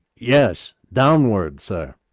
yes, downward, sir.